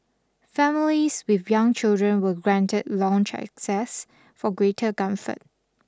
families with young children were granted lounge access for greater comfort